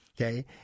okay